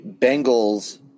Bengals